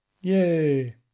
Yay